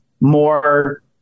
more